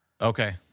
okay